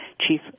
chief